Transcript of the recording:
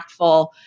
impactful